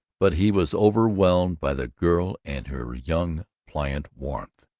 but he was overwhelmed by the girl and her young pliant warmth.